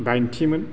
दाइनथिमोन